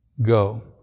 Go